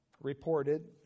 reported